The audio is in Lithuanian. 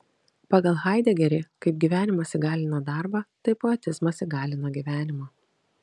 pagal haidegerį kaip gyvenimas įgalina darbą taip poetizmas įgalina gyvenimą